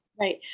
Right